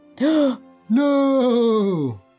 No